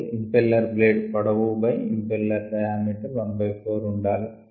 L impeller blade పొడవు by impeller diameter ¼ ఉండాలి